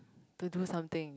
to do something